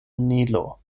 nilo